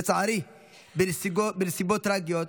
לצערי בנסיבות טרגיות,